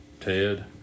Ted